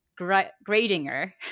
Gradinger